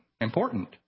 important